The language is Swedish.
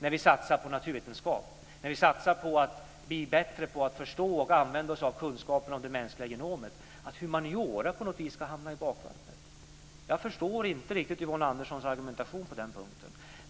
När vi satsar på naturvetenskap och på att bli bättre på att förstå och använda oss av kunskapen om mänskliga genomet innebär det inte att humaniora på något vis ska hamna i bakvattnet. Jag förstår inte riktigt Yvonne Anderssons argumentation på den punkten.